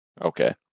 Okay